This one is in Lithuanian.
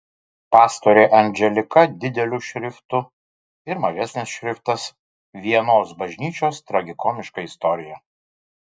pastorė anželika dideliu šriftu ir mažesnis šriftas vienos bažnyčios tragikomiška istorija